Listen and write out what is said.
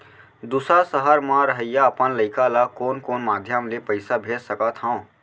दूसर सहर म रहइया अपन लइका ला कोन कोन माधयम ले पइसा भेज सकत हव?